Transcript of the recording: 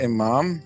Imam